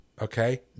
Okay